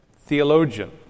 theologian